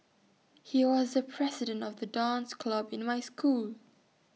he was the president of the dance club in my school